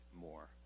more